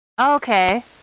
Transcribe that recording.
Okay